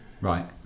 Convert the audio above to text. Right